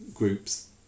groups